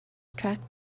track